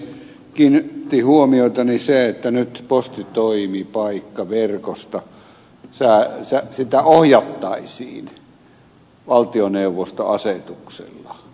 kiinnitti huomiotani se että nyt postitoimipaikkaverkostoa ohjattaisiin valtioneuvoston asetuksella